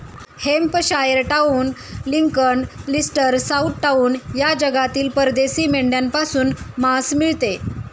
Hampshire town, Lincoln, Leicester, south town या जातीला परदेशी मेंढ्यांपासून मांस मिळते